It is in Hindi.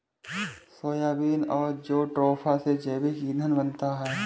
सोयाबीन और जेट्रोफा से जैविक ईंधन बनता है